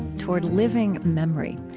toward living memory.